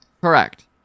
Correct